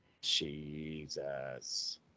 Jesus